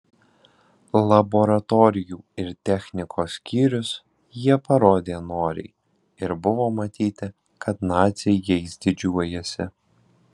laboratorijų ir technikos skyrius jie parodė noriai ir buvo matyti kad naciai jais didžiuojasi